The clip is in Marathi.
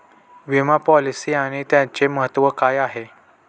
विमा पॉलिसी आणि त्याचे महत्व काय आहे?